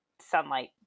sunlight